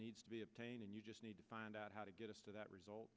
needs to be obtained and you just need to find out how to get to that result